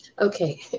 okay